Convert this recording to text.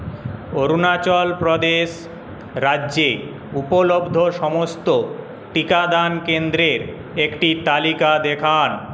অরুণাচল প্রদেশ রাজ্যে উপলব্ধ সমস্ত টিকাদান কেন্দ্রের একটি তালিকা দেখান